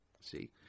see